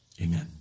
amen